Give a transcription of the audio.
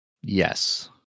Yes